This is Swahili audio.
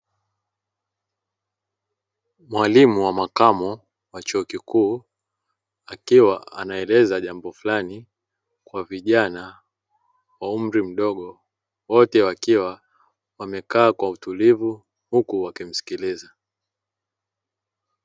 Mwalimu wa makamo wa chuo kikuu akiwa anaeleza jambo fulani kwa vijana wa umri mdogo, wote wakiwa wamekaa kwa utulivu huku wakimsikiliza.